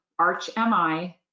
ArchMI